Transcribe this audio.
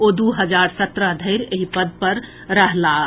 ओ दू हजार सत्रह धरि एहि पद पर रहलाह